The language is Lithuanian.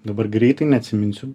dabar greitai neatsiminsiu